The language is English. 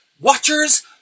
Watchers